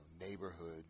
neighborhood